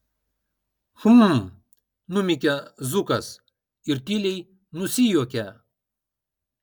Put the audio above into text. hm numykia zukas ir tyliai nusijuokia